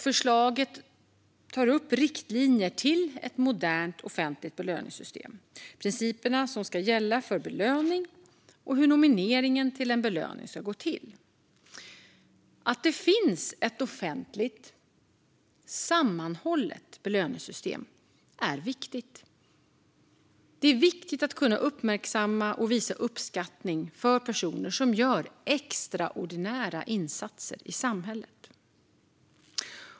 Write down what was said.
Förslaget tar upp riktlinjer för ett modernt offentligt belöningssystem, principerna som ska gälla för belöning och hur nomineringen till en belöning ska gå till. Att det finns ett offentligt, sammanhållet belöningssystem är viktigt. Det är viktigt att kunna uppmärksamma och visa uppskattning för personer som gör extraordinära insatser i samhället.